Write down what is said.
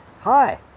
hi